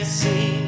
see